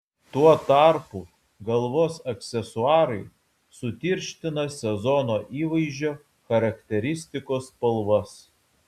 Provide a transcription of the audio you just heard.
tuo tarpu galvos aksesuarai sutirština sezono įvaizdžio charakteristikos spalvas